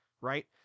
right